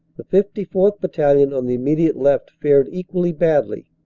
the fifty fourth. battalion on the immediate left fared equally badly,